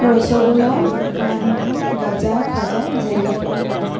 rasgulla lalmohan gaja khaja jalebi